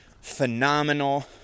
Phenomenal